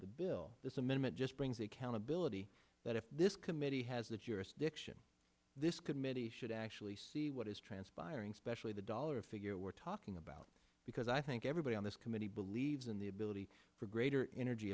the bill this amendment just brings accountability that if this committee has the jurisdiction this committee should actually see what is transpiring specially the dollar figure we're talking about because i think everybody on this committee believes in the ability for greater energy